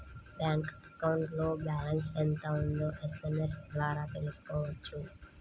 bank అకౌంట్లో balance ఎంత ఉందో ఎస్ఎంఎస్ ద్వారా తెలుసుకోవచ్చు